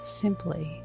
simply